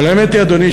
אבל האמת היא, אדוני,